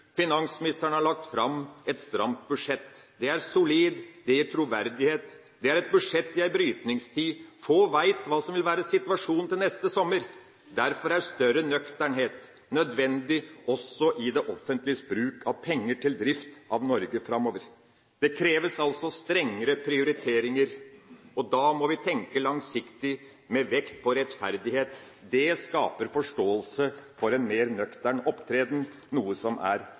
Finansministeren har lagt fram et stramt budsjett. Det er solid, det gir troverdighet, det er et budsjett i ei brytningstid. Få veit hva som vil være situasjonen til neste sommer. Derfor er større nøkternhet nødvendig, også i det offentliges bruk av penger til drift av Norge framover. Det kreves altså strengere prioriteringer, og da må vi tenke langsiktig, med vekt på rettferdighet. Det skaper forståelse for en mer nøktern opptreden, noe som er